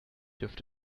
dürft